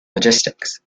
logistics